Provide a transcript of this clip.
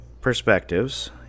perspectives